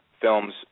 films